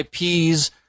IPs